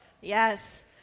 Yes